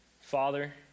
Father